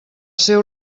seu